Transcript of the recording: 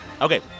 Okay